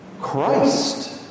Christ